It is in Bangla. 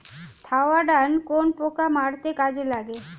থাওডান কোন পোকা মারতে কাজে লাগে?